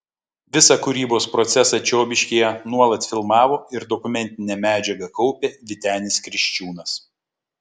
visą kūrybos procesą čiobiškyje nuolat filmavo ir dokumentinę medžiagą kaupė vytenis kriščiūnas